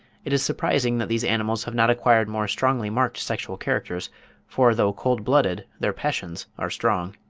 it is surprising that these animals have not acquired more strongly-marked sexual characters for though cold-blooded their passions are strong.